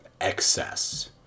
Excess